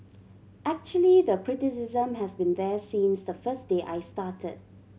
actually the criticism has been there since the first day I started